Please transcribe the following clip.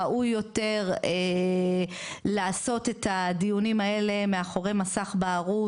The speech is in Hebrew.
ראוי יותר לעשות את הדיונים האלה מאחורי מסך בערות,